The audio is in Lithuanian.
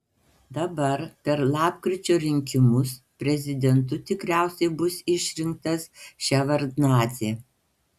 dabar per lapkričio rinkimus prezidentu tikriausiai bus išrinktas ševardnadzė